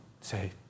say